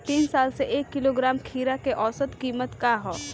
तीन साल से एक किलोग्राम खीरा के औसत किमत का ह?